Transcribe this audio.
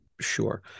sure